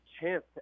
chance